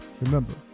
Remember